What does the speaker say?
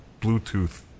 Bluetooth